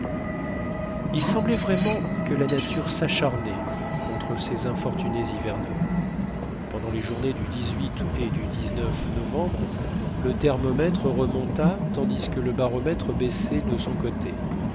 il semblait vraiment que la nature s'acharnât contre ces infortunés hiverneurs pendant les journées du et du novembre le thermomètre remonta tandis que le baromètre baissait de son côté